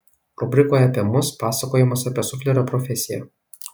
rubrikoje apie mus pasakojimas apie suflerio profesiją